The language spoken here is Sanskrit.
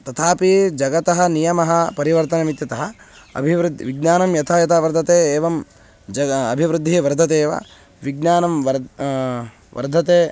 तथापि जगतः नियमः परिवर्तनमित्यतः अभिवृद्धिः विज्ञानं यथा यथा वर्धते एवं जगति अभिवृद्धिः वर्धते एव विज्ञानं वर्धते वर्धते